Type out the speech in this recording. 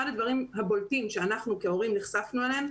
אחד הדברים הבולטים שאנחנו כהורים נחשפנו אליהם,